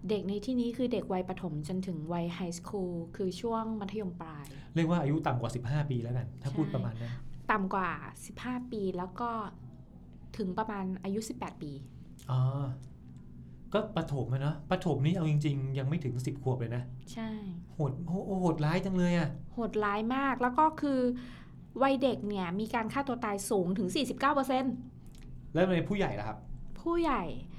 เด็กในที่นี้คือเด็กวัยประถมจนถึงวัย high school คือช่วงมัธยมปลายเรียกว่าอายุต่ำกว่าสิบห้าปีแล้วกันถ้าพูดประมาณนั้นต่ำกว่าสิบห้าปีแล้วก็ถึงประมาณอายุสิบแปดปีอ๋อก็ประถมอะเนอะประถมนี่เอาจริงๆยังไม่ถึงสิบขวบเลยนะใช่โหดโหดโหดร้ายจังเลยอะโหดร้ายมากแล้วก็คือวัยเด็กเนี่ยมีการฆ่าตัวตายสูงถึง49%แล้วทำไมผู้ใหญ่ล่ะครับผู้ใหญ่